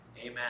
Amen